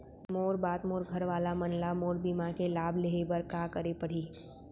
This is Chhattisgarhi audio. मोर बाद मोर घर वाला मन ला मोर बीमा के लाभ लेहे बर का करे पड़ही?